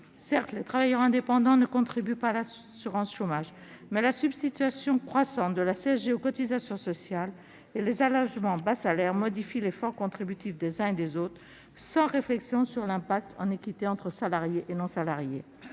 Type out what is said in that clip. Certes, les travailleurs indépendants ne contribuent pas à l'assurance chômage, mais la substitution croissante de la CSG aux cotisations sociales et les allégements sur les bas salaires modifient l'effort contributif des uns et des autres, sans réflexion sur l'effet de cette modification quant à l'équité entre salariés et non-salariés.